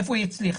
איפה היא הצליחה?